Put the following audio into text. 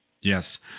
Yes